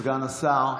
סגן השר,